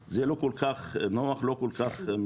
זה לא כל כך נוח ומקובל.